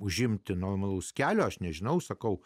užimti normalaus kelio aš nežinau sakau